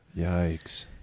Yikes